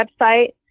website